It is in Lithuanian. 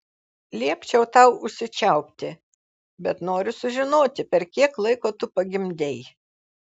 liepčiau tau užsičiaupti bet noriu sužinoti per kiek laiko tu pagimdei